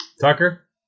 Tucker